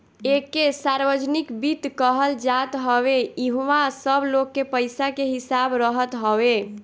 एके सार्वजनिक वित्त कहल जात हवे इहवा सब लोग के पईसा के हिसाब रहत हवे